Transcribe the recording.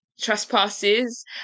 trespasses